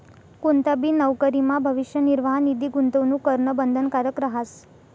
कोणताबी नवकरीमा भविष्य निर्वाह निधी गूंतवणूक करणं बंधनकारक रहास